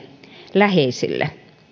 läheisille